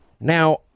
Now